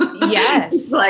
yes